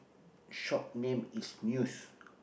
shop name is Muse